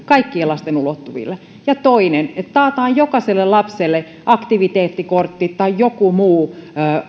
kaikkien lasten ulottuville ja toinen on että taataan jokaiselle lapselle aktiviteettikortti tai joku muu